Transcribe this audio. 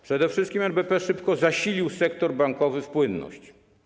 Przede wszystkim NBP szybko zasilił sektor bankowy w płynność.